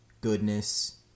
goodness